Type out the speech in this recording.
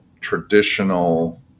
traditional